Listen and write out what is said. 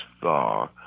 thaw